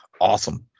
awesome